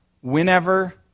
whenever